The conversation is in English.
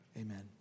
Amen